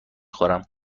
خورم